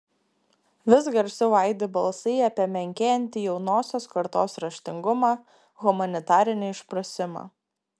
vis garsiau aidi balsai apie menkėjantį jaunosios kartos raštingumą humanitarinį išprusimą